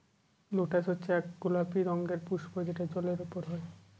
lotus হচ্ছে এক গোলাপি রঙের পুস্প যেটা জলের ওপরে হয়